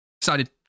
excited